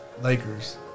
Lakers